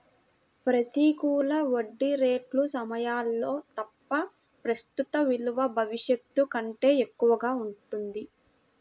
ప్రతికూల వడ్డీ రేట్ల సమయాల్లో తప్ప, ప్రస్తుత విలువ భవిష్యత్తు కంటే ఎక్కువగా ఉంటుంది